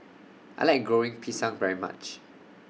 I like Goreng Pisang very much